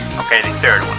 okay, the third